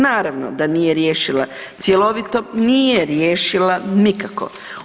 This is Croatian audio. Naravno da nije riješila cjelovito, nije riješila nikako.